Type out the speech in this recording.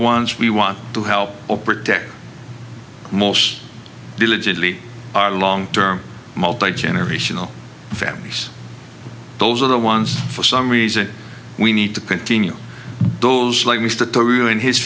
ones we want to help protect most diligently are long term multi generational families those are the ones for some reason we need to continue those like m